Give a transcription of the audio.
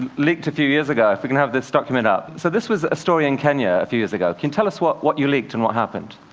leaked a few years ago. if we can have this document up. so this was a story in kenya a few years ago. can you tell us what what you leaked and what happened?